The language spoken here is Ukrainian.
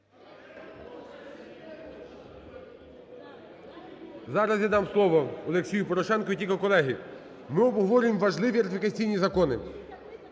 Зараз я дам слово Олексію Порошенку. І тільки, колеги, ми обговорюємо важливі ратифікаційні закони.